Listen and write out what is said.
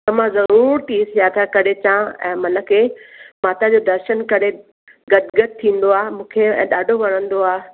त मां ज़रूरु तीर्थ यात्रा करे अचा ऐं मन खे माता जो दर्शन करे गद गद थींदो आहे मूंखे ऐं ॾाढो वणंदो आहे